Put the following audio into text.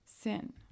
sin